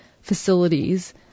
facilities